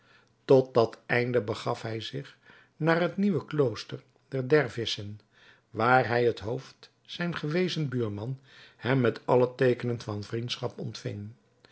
tot dat einde begaf hij zich naar het nieuwe klooster der dervissen waarvan het hoofd zijn gewezen buurman hem met alle teekenen van vriendschap ontving